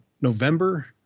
November